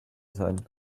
sein